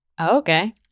Okay